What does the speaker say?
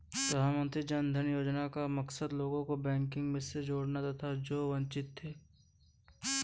प्रधानमंत्री जन धन योजना का मकसद लोगों को बैंकिंग से जोड़ना था जो वंचित थे